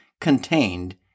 contained